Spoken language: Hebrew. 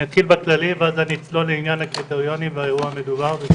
אני אתחיל בכללי ואז אצלול לעניין הקריטריונים והאירוע המדובר.